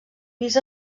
pis